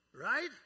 right